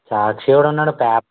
సాక్షి ఎవడన్నాడు పేప